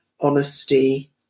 Honesty